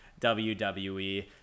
WWE